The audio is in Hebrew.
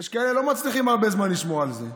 יש כאלה לא מצליחים הרבה זמן לשמור על זה,